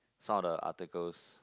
some of the articles